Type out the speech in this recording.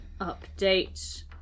Update